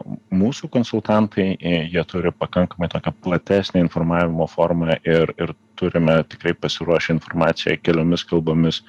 mūsų konsultantai jie turi pakankamai tokią platesnę informavimo formą ir ir turime tikrai pasiruošę informaciją keliomis kalbomis